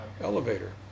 elevator